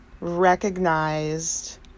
recognized